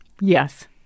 Yes